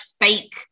fake